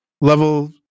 level